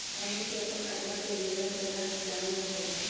हमनी के अपन खतवा के विवरण केना जानहु हो?